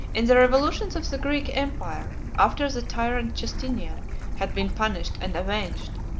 in the revolutions of the greek empire, after the tyrant justinian had been punished and avenged,